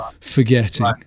forgetting